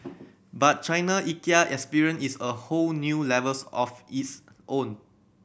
but China's Ikea experience is a whole new levels of its own